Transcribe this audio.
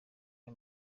aya